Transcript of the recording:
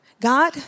God